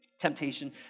Temptation